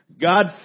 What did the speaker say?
god